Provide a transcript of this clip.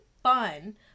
Fun